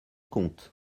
compte